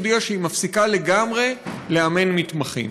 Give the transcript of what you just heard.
הודיעה שהיא מפסיקה לגמרי לאמן מתמחים.